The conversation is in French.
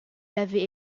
l’avais